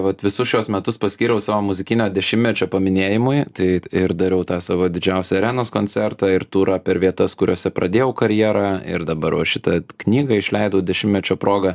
vat visus šiuos metus paskyriau savo muzikinio dešimtmečio paminėjimui tai ir dariau tą savo didžiausią arenos koncertą ir turą per vietas kuriose pradėjau karjerą ir dabar va šitą knygą išleidau dešimtmečio proga